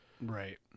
Right